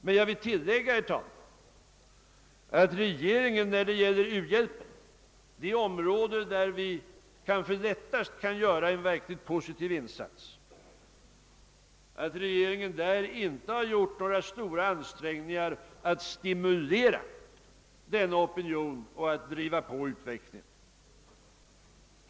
Men jag vill tillägga, herr talman, att regeringen när det gäller u-hjälpen — det område där vi kanske lättast kan göra en verkligt positiv insats — inte har gjort några stora ansträngningar att stimulera denna opinion och driva på utvecklingen.